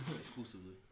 Exclusively